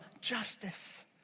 justice